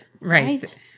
right